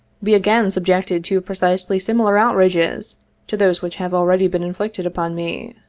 be again subjected to precisely similar outrages to those which have already been inflicted upon me.